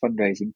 fundraising